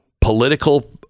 political